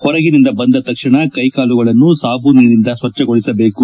ಹೊರಗಿನಿಂದ ಬಂದ ತಕ್ಷಣ ಕೈ ಮತ್ತು ಕಾಲುಗಳನ್ನು ಸಾಬೂನಿನಿಂದ ಸ್ವಚ್ಗೊಳಿಸಬೇಕು